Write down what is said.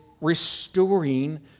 restoring